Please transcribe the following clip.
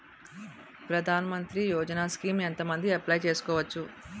ప్రధాన మంత్రి యోజన స్కీమ్స్ ఎంత మంది అప్లయ్ చేసుకోవచ్చు?